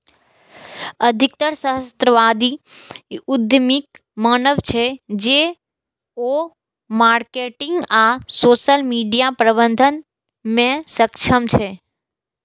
अधिकतर सहस्राब्दी उद्यमीक मानब छै, जे ओ मार्केटिंग आ सोशल मीडिया प्रबंधन मे सक्षम छै